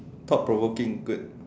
thought provoking good